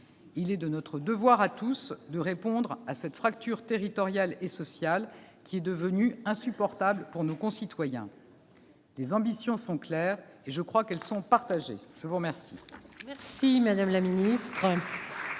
Il est de notre devoir à tous de répondre à cette fracture territoriale et sociale, devenue insupportable pour nos concitoyens. Les ambitions sont claires et, je crois, partagées. La parole